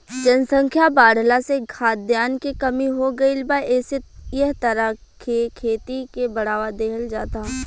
जनसंख्या बाढ़ला से खाद्यान के कमी हो गईल बा एसे एह तरह के खेती के बढ़ावा देहल जाता